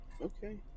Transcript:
Okay